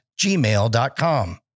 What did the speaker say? gmail.com